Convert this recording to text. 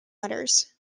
letters